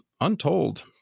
untold